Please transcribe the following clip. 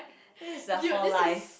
this is the hall life